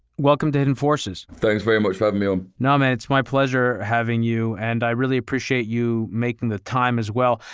welcome to hidden forces. thanks very much for having me you know um and on my pleasure having you and i really appreciate you making the time as well.